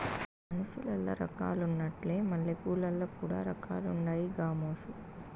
మనుసులల్ల రకాలున్నట్లే మల్లెపూలల్ల కూడా రకాలుండాయి గామోసు